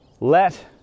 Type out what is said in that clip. let